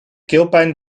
keelpijn